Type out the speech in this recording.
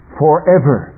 forever